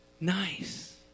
Nice